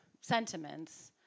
Sentiments